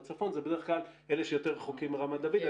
בצפון זה בדרך כלל אלה שיותר רחוקים מרמת דוד.